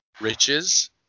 riches